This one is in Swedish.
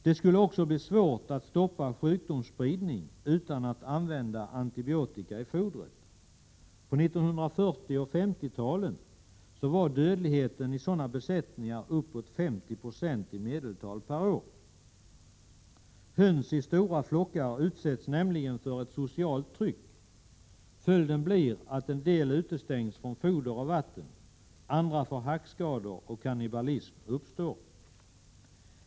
Det skulle också bli svårt att stoppa sjukdomsspridning utan att använda antibiotika i fodret. På 1940 och 1950-talen var dödligheten i sådana besättningar uppåt 50 0 i medeltal per år. Höns i stora flockar utsätts nämligen för ett socialt tryck. Följden blir att en del utestängs från foder och vatten, andra får hackskador och kannibalism uppstår.